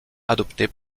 adoptée